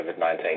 COVID-19